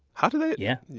how did that. yeah.